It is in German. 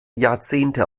jahrzehnte